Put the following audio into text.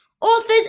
authors